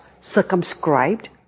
circumscribed